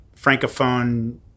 Francophone